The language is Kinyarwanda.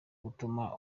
gutuma